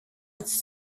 its